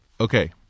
Okay